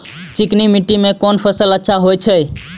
चिकनी माटी में कोन फसल अच्छा होय छे?